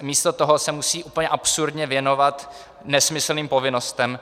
Místo toho se musí úplně absurdně věnovat nesmyslným povinnostem.